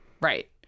Right